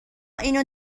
اینو